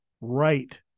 right